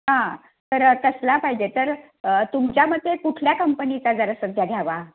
हां तर तसला पाहिजे तर तुमच्या मते कुठल्या कंपनीचा जरा सध्या घ्यावा